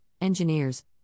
engineers